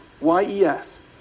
Y-E-S